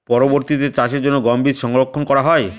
পরবর্তিতে চাষের জন্য গম বীজ সংরক্ষন করা হয়?